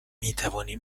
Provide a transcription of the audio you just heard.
میتوانیم